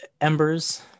Embers